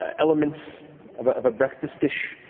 elements of ah of a breakfast dish.